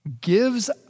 gives